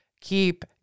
keep